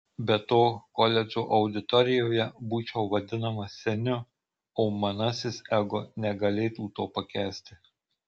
be to koledžo auditorijoje būčiau vadinamas seniu o manasis ego negalėtų to pakęsti